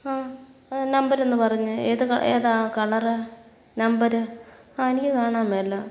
ആ നമ്പരൊന്നു പറഞ്ഞേ എത് ക ഏതാ കളർ നമ്പർ ആ എനിക്ക് കാണാൻ മേലാ